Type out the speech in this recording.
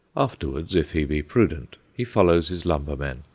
afterwards, if he be prudent, he follows his lumber-men,